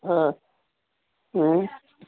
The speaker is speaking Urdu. ہاں ہوں